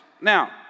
Now